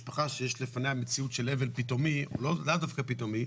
משפחה שיש בפניה מציאות של אבל פתאומי או לאו דווקא פתאומי,